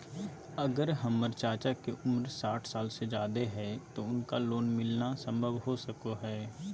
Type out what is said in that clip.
अगर हमर चाचा के उम्र साठ साल से जादे हइ तो उनका लोन मिलना संभव हो सको हइ?